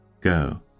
Go